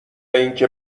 اینکه